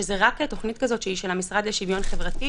וזה רק לתוכנית כזו שהיא של המשרד לשוויון חברתי,